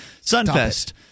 SunFest